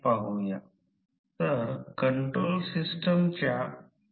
सर्व काही स्पष्टपणे चिन्हांकित केले आहे